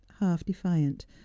half-defiant